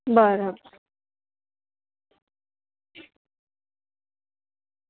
બરાબર